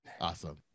Awesome